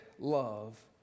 Love